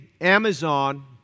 Amazon